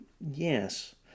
Yes